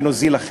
ונוזיל לכם.